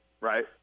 Right